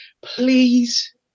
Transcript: Please